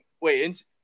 Wait